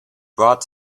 brought